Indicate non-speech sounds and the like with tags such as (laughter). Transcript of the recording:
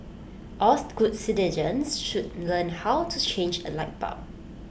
all (unintelligible) good citizens should learn how to change A light bulb